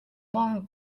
vente